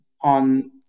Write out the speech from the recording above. on